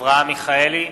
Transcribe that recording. אברהם מיכאלי,